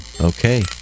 Okay